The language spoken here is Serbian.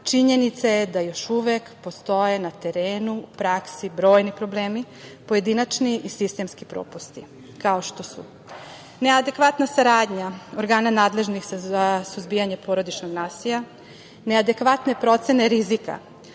činjenica je da još uvek postoje na terenu, u praksi brojni problemi pojedinačni i sistemski popusti kao što su neadekvatna saradnja organa nadležnih za suzbijanje porodičnog nasilja, neadekvatne procene rizika,